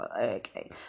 Okay